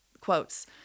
quotes